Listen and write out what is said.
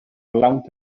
lawnt